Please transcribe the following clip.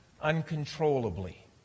uncontrollably